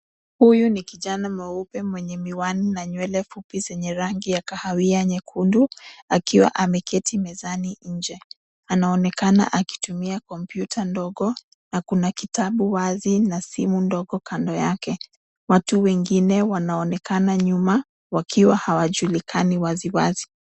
Huyu ni kijana mweupe mwenye miwani na nywele fupi zenye rangi ya kahawia nyekundu akiwa ameketi mezani nje. Anaonekana akitumia kompyuta ndogo, na kuna kitabu wazi na simu ndogo kando yake. Watu wengine wanaonekana nyuma wakiwa hawajulikani waziwazi.